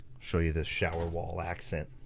show you this shower wall accent.